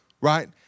right